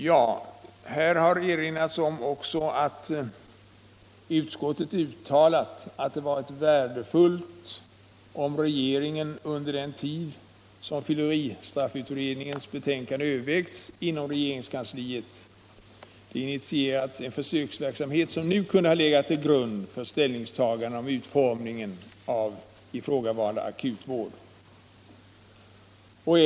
Här har också erinrats om att utskottet uttalat sig för att det ”varit värdefullt om regeringen under den tid som fylleristraffutredningens betänkande övervägts inom regeringskansliet initierat en försöksverksamhet som nu kunde. ha legat till grund för ställningstagandena om utformningen av den ifrågavarande akutvården.